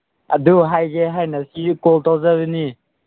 ꯑꯗꯨ ꯍꯥꯏꯒꯦ ꯍꯥꯏꯅ ꯀꯣꯜ ꯇꯧꯖꯕꯅꯤ